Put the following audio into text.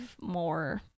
more